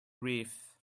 reef